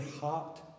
heart